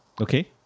Okay